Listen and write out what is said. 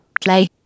Play